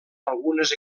algunes